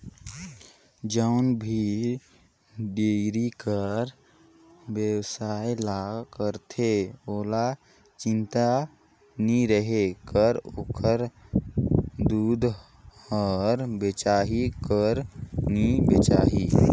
जउन भी डेयरी कर बेवसाय ल करथे ओहला चिंता नी रहें कर ओखर दूद हर बेचाही कर नी बेचाही